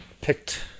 picked